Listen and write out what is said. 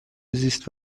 زیست